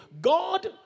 God